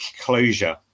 closure